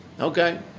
okay